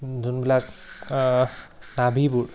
যোনবিলাক নাভিবোৰ